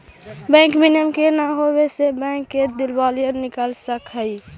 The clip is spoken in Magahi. बैंक विनियम के न होवे से बैंक के दिवालिया निकल सकऽ हइ